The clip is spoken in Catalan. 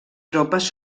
tropes